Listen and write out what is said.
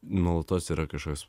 nuolatos yra kažkas